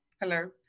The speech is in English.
hello